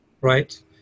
right